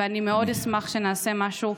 ואני מאוד אשמח שנעשה משהו.